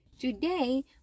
Today